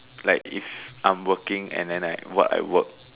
like if I'm working and then like what I work